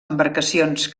embarcacions